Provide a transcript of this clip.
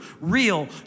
real